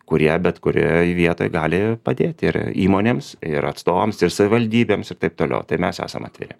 kurie bet kurioj vietoj gali padėti ir įmonėms ir atstovams ir savivaldybėms ir taip toliau tai mes esam atviri